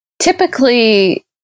typically